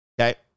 Okay